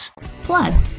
Plus